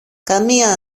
καμία